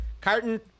Carton